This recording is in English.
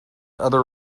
other